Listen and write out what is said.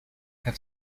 have